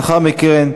לאחר מכן,